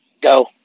Go